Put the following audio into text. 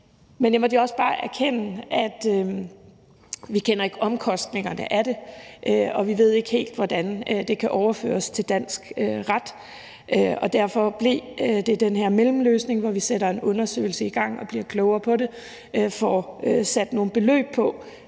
men jeg måtte også bare erkende, at vi ikke kender omkostningerne af det, og at vi ikke helt ved, hvordan det kan overføres til dansk ret. Derfor blev det den her mellemløsning, hvor vi sætter en undersøgelse i gang og bliver klogere på det og får sat nogle beløb på,